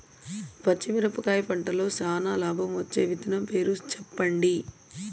పచ్చిమిరపకాయ పంటలో చానా లాభం వచ్చే విత్తనం పేరు చెప్పండి?